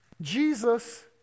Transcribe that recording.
Jesus